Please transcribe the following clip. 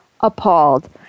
appalled